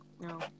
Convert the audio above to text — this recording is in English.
No